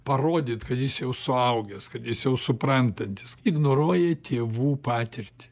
parodyt kad jis jau suaugęs kad jis jau suprantantis ignoruoja tėvų patirtį